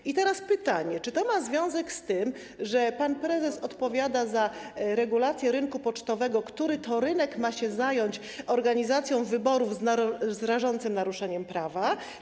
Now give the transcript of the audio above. I teraz pytanie: Czy ma to związek z tym, że pan prezes odpowiada za regulacje rynku pocztowego, który to rynek ma się zająć organizacją wyborów z rażącym naruszeniem prawa?